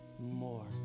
more